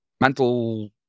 mental